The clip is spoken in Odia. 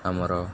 ଆମର